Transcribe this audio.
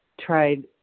tried